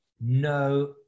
No